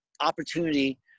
opportunity